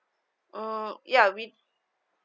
mm ya we